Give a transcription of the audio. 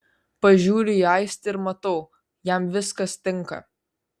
pažiūriu į aistį ir matau jam viskas tinka